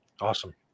Awesome